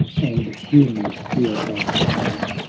and hear me, hear thy child.